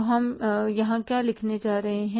तो हम यहाँ क्या लिखने जा रहे हैं